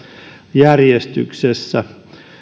järjestyksessä